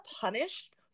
punished